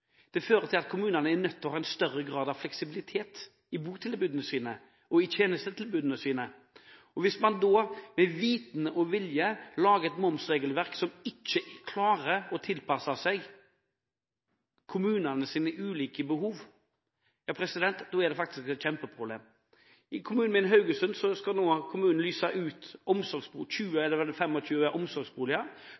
botilbud, fører til at kommunene er nødt til å ha større grad av fleksibilitet i forbindelse med botilbudene og tjenestetilbudene sine. Hvis man da med vitende og vilje lager et momsregelverk som man ikke klarer å tilpasse kommunenes ulike behov, er det et kjempeproblem. I kommunen min, Haugesund, skal man nå lyse ut